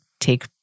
take